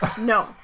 No